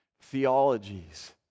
theologies